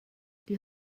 die